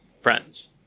friends